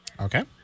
Okay